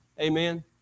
Amen